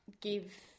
give